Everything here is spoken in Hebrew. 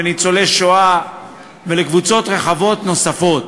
ניצולי שואה וקבוצות רחבות נוספות.